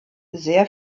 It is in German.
sehr